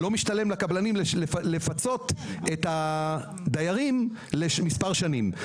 לכן לא משתלם לקבלנים לפצות את הדיירים למספר שנים.